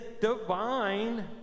divine